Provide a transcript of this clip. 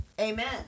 amen